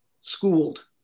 schooled